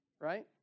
right